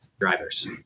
drivers